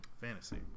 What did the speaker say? Fantasy